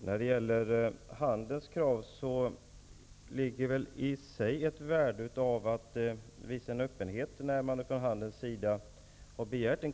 Fru talman! När man från handelns sida har begärt en kommission ligger det väl i sig ett värde i att visa öppenhet för det kravet.